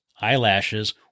eyelashes